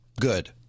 good